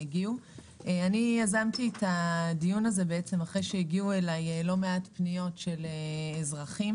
אני יזמתי את הדיון הזה אחרי שהגיעו אליי לא מעט פניות של אזרחים